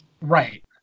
Right